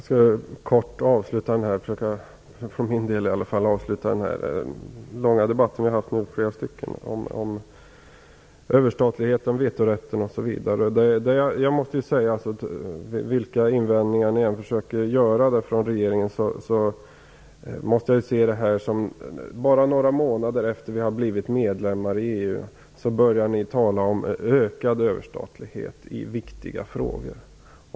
Fru talman! Jag skall, för min del i alla fall, kort försöka avsluta den här debatten - vi har ju haft flera långa debatter om överstatligheten, vetorätten osv. Vilka invändningar ni än försöker göra från regeringens sida, måste jag se det så att ni, bara några månader efter att vi blivit medlemmar i EU, börjar tala om ökad överstatlighet i viktiga frågor.